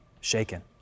shaken